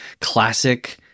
classic